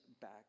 back